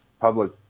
public